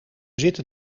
zitten